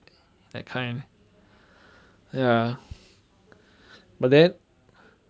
that kind ya but then